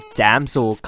damsel